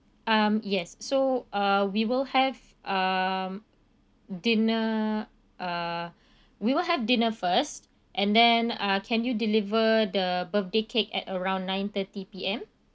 um yes so uh we will have um dinner uh we will have dinner first and then uh can you deliver the birthday cake at around nine thirty P_M